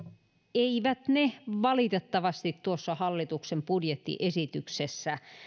eivät ne valitettavasti tuossa hallituksen budjettiesityksessä